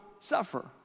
suffer